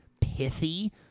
pithy